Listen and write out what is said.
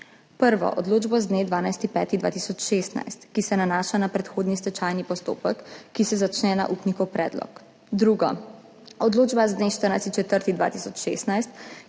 Prvo odločbo z dne 12. 5. 2016, ki se nanaša na predhodni stečajni postopek, ki se začne na upnikov predlog. Drugo odločba z dne 14. 4. 2016,